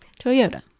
Toyota